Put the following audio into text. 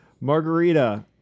Margarita